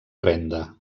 renda